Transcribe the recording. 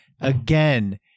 again